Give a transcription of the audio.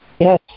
Yes